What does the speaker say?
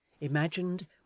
imagined